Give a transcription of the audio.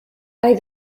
hay